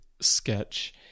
sketch